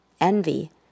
envy